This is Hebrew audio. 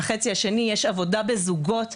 בחצי השני יש עבודה בזוגות,